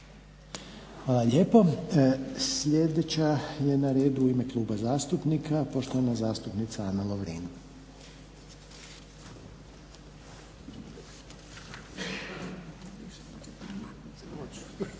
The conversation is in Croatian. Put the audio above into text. Hvala lijepo. Sljedeća je na redu u ime Kluba zastupnika poštovana zastupnica Ana Lovrin.